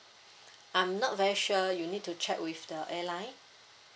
I'm not very sure you need to check with the airline